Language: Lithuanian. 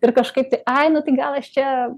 ir kažkaip tai ai nu tai gal aš čia